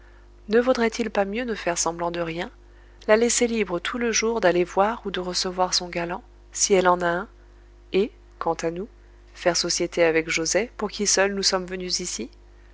ne vaudrait-il pas mieux ne faire semblant de rien la laisser libre tout le jour d'aller voir ou de recevoir son galant si elle en a un et quant à nous faire société avec joset pour qui seul nous sommes venus ici